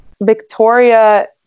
Victoria